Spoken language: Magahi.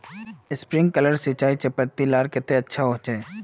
स्प्रिंकलर सिंचाई चयपत्ति लार केते अच्छा होचए?